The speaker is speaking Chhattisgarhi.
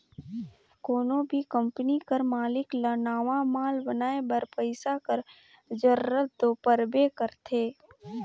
कोनो भी कंपनी कर मालिक ल नावा माल बनाए बर पइसा कर जरूरत दो परबे करथे